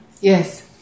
Yes